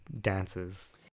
dances